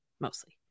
mostly